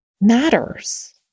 matters